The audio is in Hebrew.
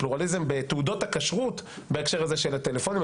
לפלורליזם בתעודות הכשרות בהקשר הזה של הטלפונים.